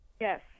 Yes